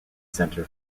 center